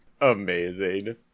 Amazing